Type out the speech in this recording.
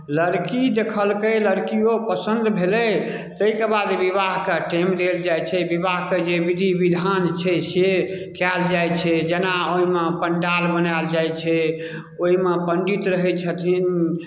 लड़की देखलकै लड़कियो पसन्द भेलै ताहिके बाद विवाहके टाइम देल जाइ छै विवाहके जे विधि विधान छै से कयल जाइ छै जेना ओहिमे पण्डाल बनायल जाइ छै ओहिमे पण्डित रहै छथिन